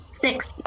Six